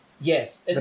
yes